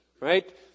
right